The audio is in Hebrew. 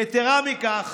יתרה מכך,